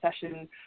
session